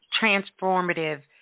transformative